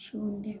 शून्य